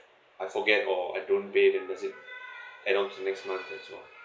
I forget or I don't pay then does it add on to the next month and so on